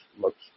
looks